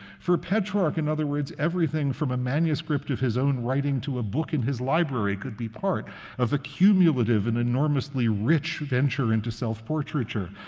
for petrarch, in other words, everything from a manuscript of his own writing to a book in his library could be part of the cumulative and enormously rich venture into self-portraiture.